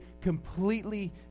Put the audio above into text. completely